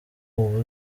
uba